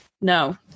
no